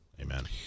amen